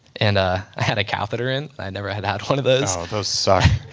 and i had a catheter in. i had never had had one of those those suck